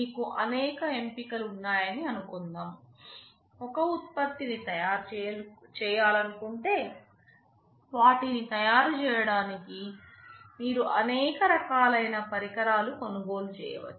మీకు అనేక ఎంపికలు ఉన్నాయని అనుకుందాం ఒక ఉత్పత్తిని తయారు చేయాలనుకుంటే వాటిని తయారు చేయడానికి మీరు అనేక రకాలైన పరికరాలు కొనుగోలు చేయవచ్చు